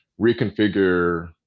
reconfigure